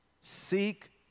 seek